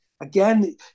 again